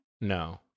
No